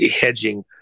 hedging